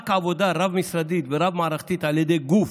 רק עם עבודה רב-משרדית ורב-מערכתית על ידי גוף